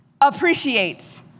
appreciates